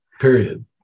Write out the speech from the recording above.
Period